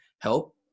help